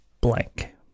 blank